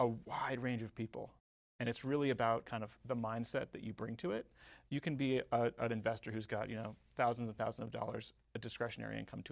a wide range of people and it's really about kind of the mindset that you bring to it you can be an investor who's got you know thousands of thousands of dollars of discretionary income to